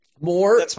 more